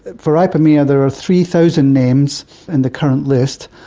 for ipomoea there are three thousand names in the current list.